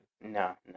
No